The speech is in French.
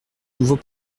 nouveau